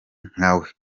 nkawe